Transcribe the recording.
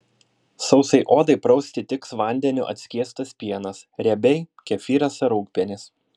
sausai odai prausti tiks vandeniu atskiestas pienas riebiai kefyras ar rūgpienis